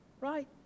right